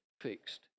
fixed